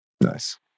Nice